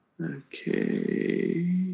Okay